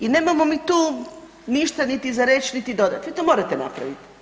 I nemamo mi tu ništa niti za reći, niti dodati vi to morate napraviti.